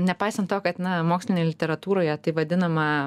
nepaisant to kad na mokslinėj literatūroje tai vadinama